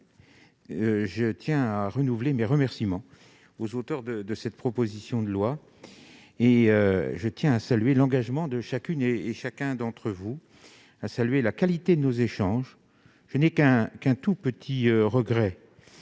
Je tiens à renouveler mes remerciements aux auteurs de cette proposition de loi, à saluer l'engagement de chacune et chacun d'entre vous, mes chers collègues, et la qualité de nos échanges. Je n'exprimerai qu'un tout petit regret.